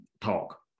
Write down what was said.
talk